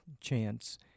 chance